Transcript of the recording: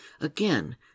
Again